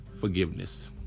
forgiveness